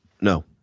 No